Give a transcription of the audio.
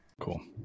Cool